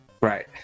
Right